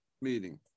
meeting